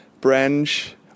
branch